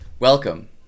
Welcome